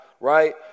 right